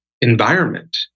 environment